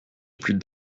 plus